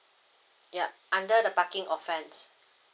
yup under the parking offense